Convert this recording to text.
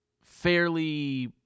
fairly